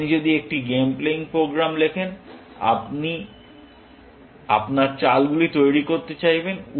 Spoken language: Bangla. আপনি যদি একটি গেম প্লেয়িং প্রোগ্রাম লেখেন আপনি আপনার চালগুলি তৈরি করতে চাইবেন